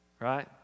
Right